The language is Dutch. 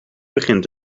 begint